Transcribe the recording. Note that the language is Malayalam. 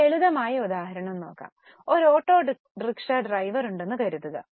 ഒരു ലളിതമായ ഉദാഹരണം നോക്കാം ഒരു ഓട്ടോറിക്ഷ ഡ്രൈവർ ഉണ്ടെന്ന് കരുതുക